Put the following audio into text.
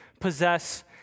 possess